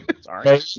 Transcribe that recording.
Sorry